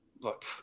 look